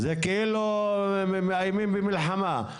כאילו מאיימים במלחמה.